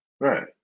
right